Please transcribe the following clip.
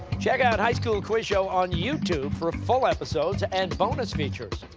check out high school quiz show on youtube for full episodes and bonus features.